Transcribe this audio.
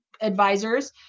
advisors